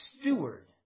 steward